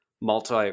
multi